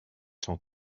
cent